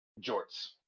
jorts